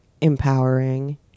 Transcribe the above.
empowering